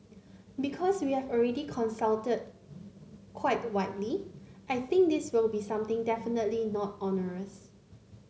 because we have already consulted quite widely I think this will be something definitely not onerous